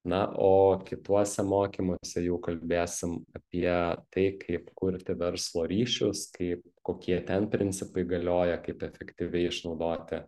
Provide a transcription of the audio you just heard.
na o kituose mokymuose jau kalbėsim apie tai kaip kurti verslo ryšius kaip kokie ten principai galioja kaip efektyviai išnaudoti